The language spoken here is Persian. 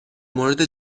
مورد